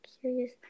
curious